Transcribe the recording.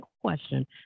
question